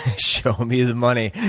show me the money.